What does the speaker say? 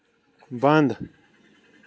بنٛد